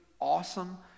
awesome